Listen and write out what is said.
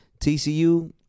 TCU